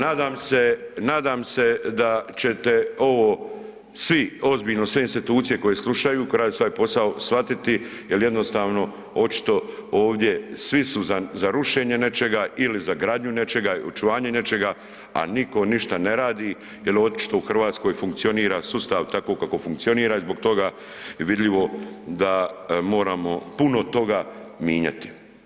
Nadam se, nadam se da ćete ovo svi ozbiljno, sve institucije koje slušaju, koje rade ovaj posao, shvatiti jel jednostavno očito ovdje svi su za rušenje nečega ili za gradnju nečega i očuvanje nečega, a niko ništa ne radi jel očito u RH funkcionira sustav tako kako funkcionira i zbog toga je vidljivo da moramo puno toga minjati.